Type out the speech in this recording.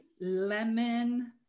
lemon